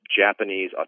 Japanese